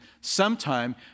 sometime